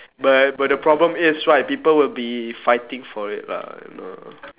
but but the problem is right people will be fighting for it lah you know